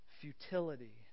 futility